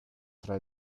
tra